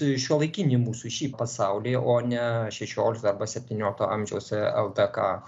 šiuolaikinį mūsų šį pasaulį o ne šešiolikto arba septyniolikto amžiaus ldk